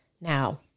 Now